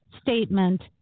statement